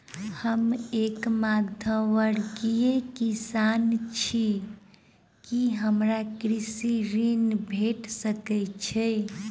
हम एक मध्यमवर्गीय किसान छी, की हमरा कृषि ऋण भेट सकय छई?